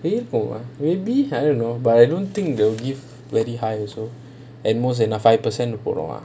pay for one maybe I don't know but I don't think they'll give very high also at most and a five per cent போடுவேன்:poduvaen